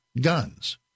guns